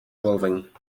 clothing